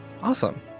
Awesome